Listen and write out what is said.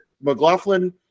McLaughlin